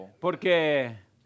Porque